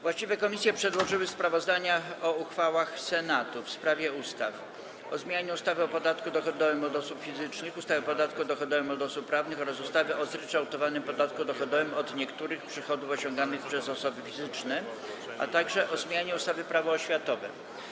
Właściwe komisje przedłożyły sprawozdania o uchwałach Senatu w sprawie ustaw: - o zmianie ustawy o podatku dochodowym od osób fizycznych, ustawy o podatku dochodowym od osób prawnych oraz ustawy o zryczałtowanym podatku dochodowym od niektórych przychodów osiąganych przez osoby fizyczne, - o zmianie ustawy Prawo oświatowe.